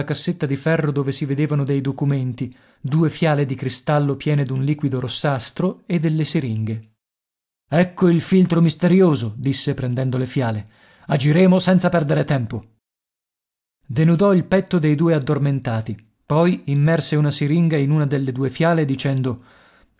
cassetta di ferro dove si vedevano dei documenti due fiale di cristallo piene d'un liquido rossastro e delle siringhe ecco il filtro misterioso disse prendendo le fiale agiremo senza perdere tempo denudò il petto dei due addormentati poi immerse una siringa in una delle due fiale dicendo